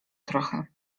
trochę